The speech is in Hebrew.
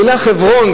המלה חברון,